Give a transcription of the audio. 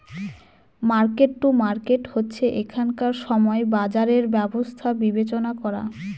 market to market হচ্ছে এখনকার সময় বাজারের ব্যবস্থা বিবেচনা করা